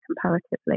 comparatively